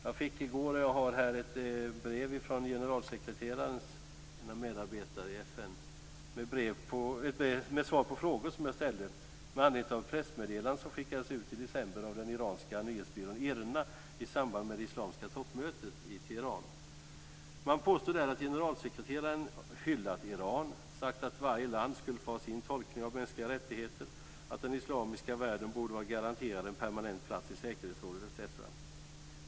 Jag fick i går ett brev från generalsekreterarens ena medarbetare i FN med svar på frågor som jag hade ställt med anledning av ett pressmeddelande som skickades ut i december av den iranska nyhetsbyrån IRNA i samband med det islamiska toppmötet i Teheran. Man påstod där att generalsekreteraren hade hyllat Iran. Man påstod att han hade sagt att varje land skall få ha sin tolkning av de mänskliga rättigheterna, att den islamiska världen borde vara garanterad en permanent plats i säkerhetsrådet, etc.